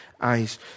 eyes